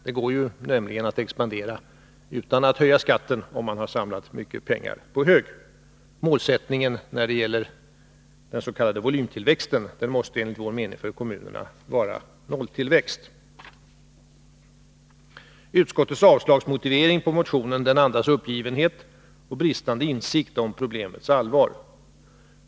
Det går nämligen att expandera utan att höja skatten, om man har samlat mycket pengar på hög. Målsättningen när det gäller den s.k. volymtillväxten måste enligt vår mening för kommunerna vara nolltillväxt. Utskottets motivering för avslag på motionen andas uppgivenhet och bristande insikt om problemets allvar.